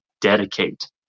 dedicate